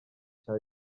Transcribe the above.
cya